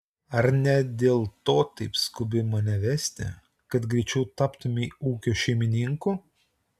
ar ne dėl to taip skubi mane vesti kad greičiau taptumei ūkio šeimininku